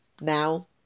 Now